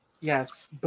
yes